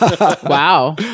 wow